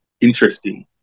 interesting